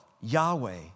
Yahweh